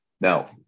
Now